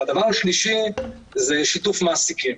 הדבר השלישי זה שיתוף מעסיקים.